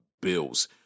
bills